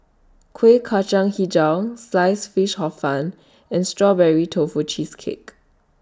Kuih Kacang Hijau Sliced Fish Hor Fun and Strawberry Tofu Cheesecake